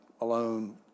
alone